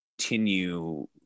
continue